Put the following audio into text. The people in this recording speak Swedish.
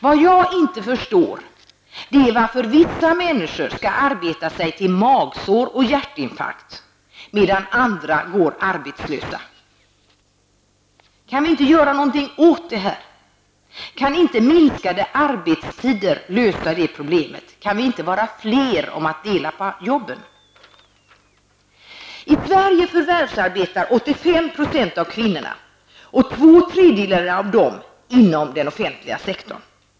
Vad jag inte förstår är varför vissa människor skall arbeta sig till magsår och hjärtinfarkt medan andra går arbetslösa. Kan vi inte göra någonting åt det? Kan inte minskade arbetstider lösa det problemet? Kan vi inte vara fler om att dela på jobben? I Sverige förvärvsarbetar 85 % av kvinnorna, två tredjedelar av dem inom den offentliga sektorn.